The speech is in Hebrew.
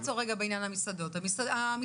נעצור בעניין המסעדנים.